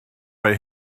mae